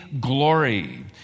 glory